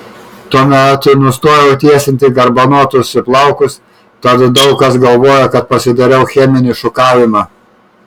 tuomet nustojau tiesinti garbanotus plaukus tad daug kas galvojo kad pasidariau cheminį šukavimą